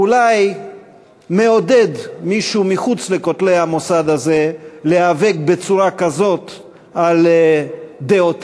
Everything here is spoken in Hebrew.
אולי מעודד מישהו מחוץ לכותלי המוסד הזה להיאבק בצורה כזאת על דעותיו,